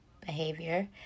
behavior